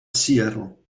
seattle